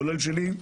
כולל שלי,